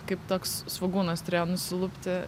kaip toks svogūnas turėjo nusilupti